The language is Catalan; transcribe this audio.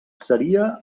seria